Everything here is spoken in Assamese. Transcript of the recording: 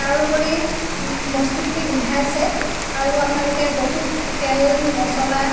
তাৰোপৰি বস্তুখিনি গোন্ধাইছে আৰু আপোনালোকে বহুত তেল মছলা